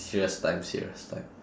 serious time serious time